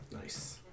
nice